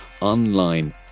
online